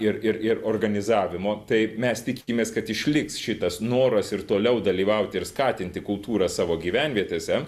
ir ir ir organizavimo tai mes tikimės kad išliks šitas noras ir toliau dalyvaut ir skatinti kultūrą savo gyvenvietėse